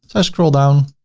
i scroll down,